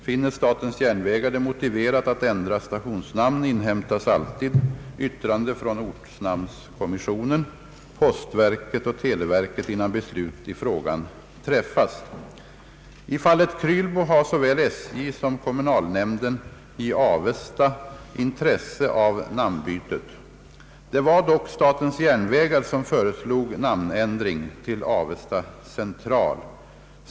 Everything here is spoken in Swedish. Finner SJ det motiverat att ändra stationsnamn, inhämtas alltid yttrande från ortnamnskommissionen, postverket och televerket innan beslut i frågan träffas. I fallet Krylbo har såväl SJ som kommunalnämnden i Avesta intresse av namnbytet. Det var dock SJ som föreslog namnändring till Avesta central.